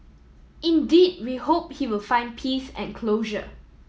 indeed we hope he will find peace and closure